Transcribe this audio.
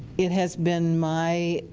it has been my,